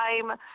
time